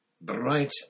bright